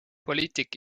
poliitik